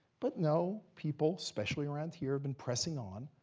but no, people, especially around here, have been pressing on.